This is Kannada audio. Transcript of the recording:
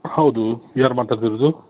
ಹೌದು ಯಾರು ಮಾತಾಡ್ತಿರೋದು